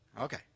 Okay